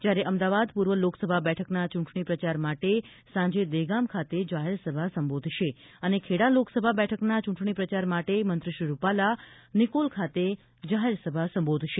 જયારે અમદાવાદ પૂર્વ લોકસભા બેઠકના ચૂંટણી પ્રચાર માટે સાંજે દહેગામ ખાતે જાહેરસભા સંબોધશે અને ખેડા લોકસભા બેઠકના ચૂંટણી પ્રચાર માટે મંત્રી શ્રી રૂપાલા નિકાલ ખાતે જાહેરસભા સંબોધશે